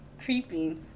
creepy